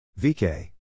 VK